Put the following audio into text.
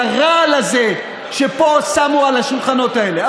לרעל הזה שפה שמו על השולחנות האלה.